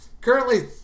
currently